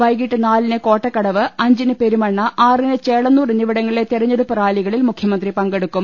വൈകീട്ട് നാലിന് കോട്ടക്കടവ് അഞ്ചിന് പെരുമണ്ണ ആറിന് ചേള ന്നൂർ എന്നിവിടങ്ങളിലെ തെരഞ്ഞെടുപ്പ് റാലികളിൽ മുഖ്യമന്ത്രി പങ്കെടുക്കും